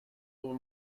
over